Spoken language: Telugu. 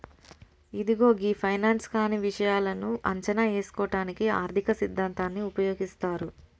ఇదిగో గీ ఫైనాన్స్ కానీ ఇషాయాలను అంచనా ఏసుటానికి ఆర్థిక సిద్ధాంతాన్ని ఉపయోగిస్తారు